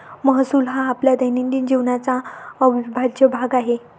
महसूल हा आपल्या दैनंदिन जीवनाचा अविभाज्य भाग आहे